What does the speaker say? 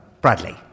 Bradley